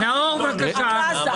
נאור, בבקשה.